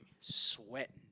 sweating